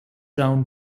round